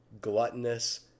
gluttonous